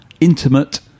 intimate